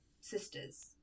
sisters